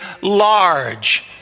large